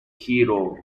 hero